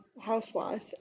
housewife